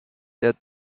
der